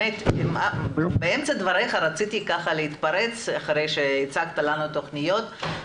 באמצע דבריך אחרי שהצגת לנו תוכניות רציתי